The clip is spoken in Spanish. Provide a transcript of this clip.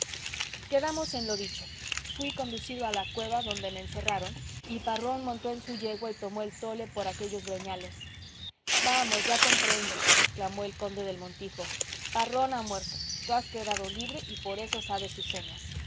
quedamos en lo dicho fuí conducido a la cueva donde me encerraron y parrón montó en su yegua y tomó el tole por aquellos breñales vamos ya comprendo exclamó el conde del montijo parrón ha muerto tú has quedado libre y por eso sabes sus señas